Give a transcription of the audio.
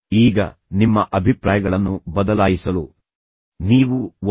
ಈಗ ನಿಮ್ಮ ಅಭಿಪ್ರಾಯಗಳನ್ನು ಬದಲಾಯಿಸಲು ನೀವು ಒತ್ತಾಯಿಸಬೇಕು ಎಂದರ್ಥವಲ್ಲ ಆದರೆ ನಂತರ ಅದು ಪರಿಣಾಮ ಬೀರುತ್ತದೆ